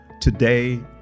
today